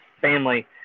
family